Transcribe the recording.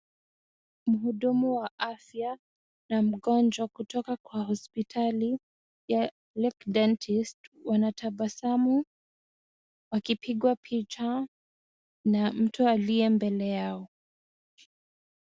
Mhudumu wa afya na mgonjwa kutoka kwa hospitali ya Lake Dentist , wanatabasamu wakipigwa picha na mtu aliye mbele yao.